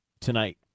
tonight